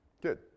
Good